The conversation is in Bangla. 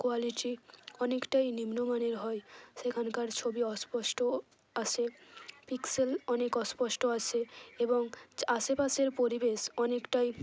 কোয়ালিটি অনেকটাই নিম্ন মানের হয় সেখানকার ছবি অস্পষ্ট আসে পিক্সেল অনেক অস্পষ্ট আসে এবং আশেপাশের পরিবেশ অনেকটাই